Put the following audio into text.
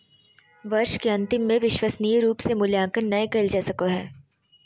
वर्ष के अन्तिम में विश्वसनीय रूप से मूल्यांकन नैय कइल जा सको हइ